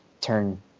turn